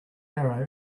arrow